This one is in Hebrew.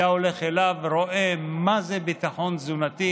הולך אליו ורואה מה זה ביטחון תזונתי.